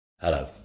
Hello